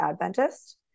Adventist